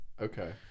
Okay